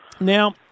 Now